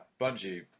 Bungie